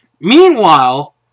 Meanwhile